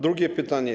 Drugie pytanie.